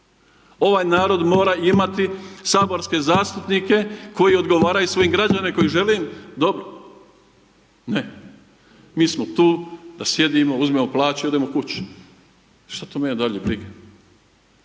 Ovaj narod mora imati saborske zastupnike koji odgovaraju svojim građanima koji im žele dobro, ne. Mi smo tu da sjedimo uzmemo plaću i odemo kući što to mene dalje briga.